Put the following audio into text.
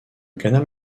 canal